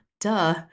Duh